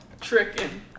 Tricking